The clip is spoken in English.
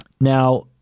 Now